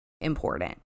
important